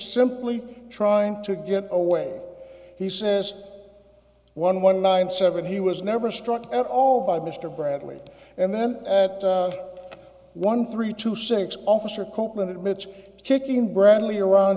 simply trying to get away he says one one nine seven he was never struck at all by mr bradley and then at one three two six officer copeland admits kicking bradley around